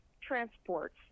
transports